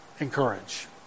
Encourage